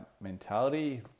mentality